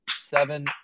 seven